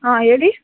ಹಾಂ ಹೇಳಿ